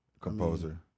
Composer